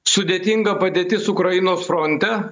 sudėtinga padėtis ukrainos fronte